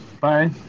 bye